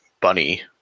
bunny